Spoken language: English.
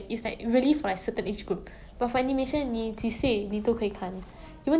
你几岁 like 不管你是谁你都可以看